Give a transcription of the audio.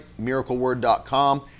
miracleword.com